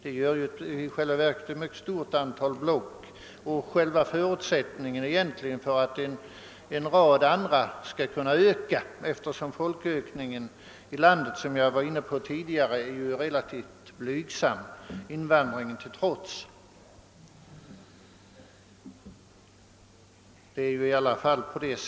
Det gör i själva verket ett mycket stort antal kommunblock, och det är ju fak tiskt förutsättningen för att en rad andra kommunblock skall kunna få en ökad befolkning, eftersom folkökningen i landet, vilket jag var inne på tidigare, ju är relativt blygsam, invandringen till trots.